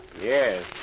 Yes